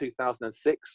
2006